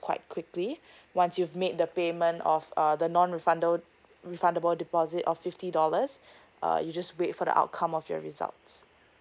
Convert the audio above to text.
quite quickly once you've made the payment of uh the non refunda~ refundable deposit of fifty dollars uh you just wait for the outcome of your results